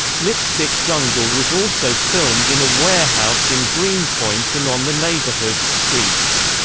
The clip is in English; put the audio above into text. lipstick jungle was also filmed in a warehouse in greenpoint and on the neighborhood's streets.